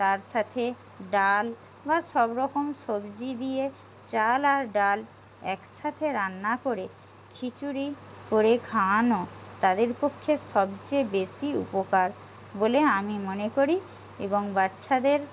তার সাথে ডাল বা সব রকম সবজি দিয়ে চাল আর ডাল এক সাথে রান্না করে খিচুড়ি করে খাওয়ানো তাদের পক্ষে সবচেয়ে বেশি উপকার বলে আমি মনে করি এবং বাচ্ছাদের